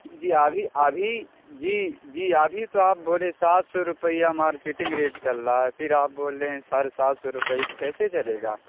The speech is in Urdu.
جی ابھی ابھی جی جی ابھی تو آپ بولے سات سو روپیہ مارکیٹنگ ریٹ چل رہا ہے پھر آپ بول رہے ہیں ساڑھے سات سو روپیے یہ کیسے چلے گا